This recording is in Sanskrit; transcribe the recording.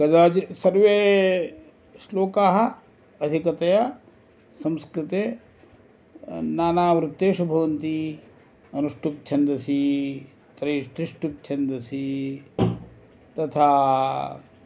कदाचित् सर्वे श्लोकाः अधिकतया संस्कृते नानावृत्तेषु भवन्ति अनुष्टुप् छन्दसि त्रयिस् त्रिष्टुप् छन्दसि तथा